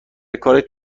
کارت